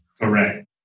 Correct